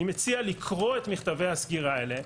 אני מציע לקרוא את מכתבי הסקירה האלה,